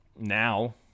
now